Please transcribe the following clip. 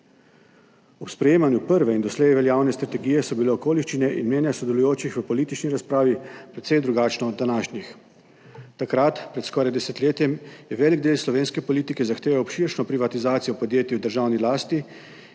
Ob sprejemanju prve in doslej veljavne strategije so bile okoliščine in mnenja sodelujočih v politični razpravi precej drugačna od današnjih. Takrat, pred skoraj desetletjem, je velik del slovenske politike zahteval obširno privatizacijo podjetij v državni lasti